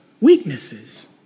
weaknesses